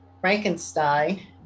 Frankenstein